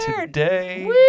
today